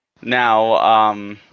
Now